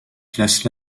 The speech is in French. classe